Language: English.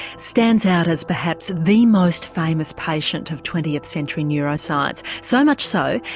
stands out as perhaps the most famous patient of twentieth century neuroscience. so much so,